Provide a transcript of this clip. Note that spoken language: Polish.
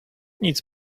nic